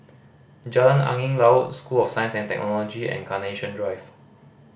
Jalan Angin Laut School of Science and Technology and Carnation Drive